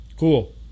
Cool